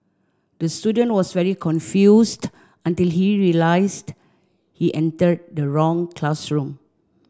the student was very confused until he realised he entered the wrong classroom